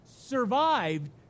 survived